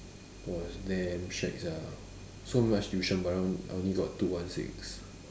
!wah! it's damn shagged sia so much tuition but then only I only got two one six